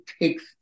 takes